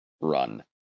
run